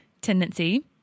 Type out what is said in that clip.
tendency